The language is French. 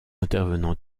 intervenants